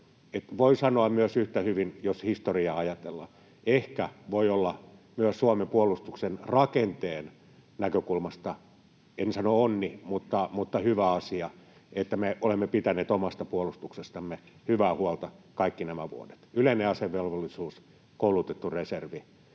Voi sanoa yhtä hyvin, jos historiaa ajatellaan, että ehkä voi olla Suomen puolustuksen rakenteen näkökulmasta, en sano onni, mutta hyvä asia, että me olemme pitäneet omasta puolustuksestamme hyvää huolta kaikki nämä vuodet. Yleinen asevelvollisuus, koulutettu reservi